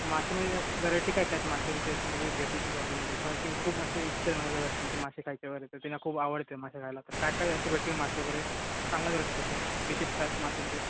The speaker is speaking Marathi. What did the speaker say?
मासेमध्ये व्हराटी काय काय आहेत माशांची अशी म्हणजे भेटेल तुम्ही हॉटेलमध्ये कारण तुम्ही खूप माझी अशी इच्छा माझ्या घरात तर त्यांचे मासे खायचे वगैरे तर त्यांना खूप आवडते मासे खायला तर काय काय असे भेटतील मासे वगैरे चांगलं जर असले डिश डिशेश काय आहेत मासेचे